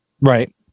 right